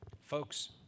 Folks